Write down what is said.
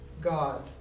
God